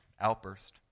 outburst